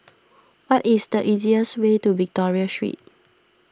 what is the easiest way to Victoria Street